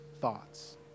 thoughts